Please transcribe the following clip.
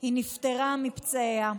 היא נפטרה מפצעיה.